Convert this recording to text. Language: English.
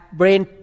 brain